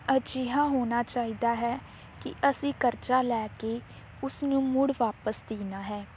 ਅਜਿਹਾ ਹੋਣਾ ਚਾਹੀਦਾ ਹੈ ਕਿ ਅਸੀਂ ਕਰਜ਼ਾ ਲੈ ਕੇ ਉਸਨੂੰ ਮੁੜ ਵਾਪਿਸ ਦੇਣਾ ਹੈ